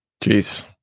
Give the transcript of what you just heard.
Jeez